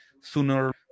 sooner